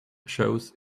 shows